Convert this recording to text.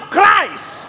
Christ